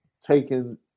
taken